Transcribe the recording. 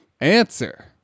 Answer